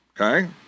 Okay